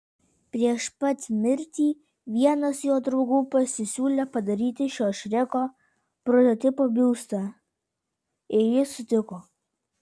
prieš pat mirtį vienas jo draugų pasisiūlė padaryti šio šreko prototipo biustą ir jis sutiko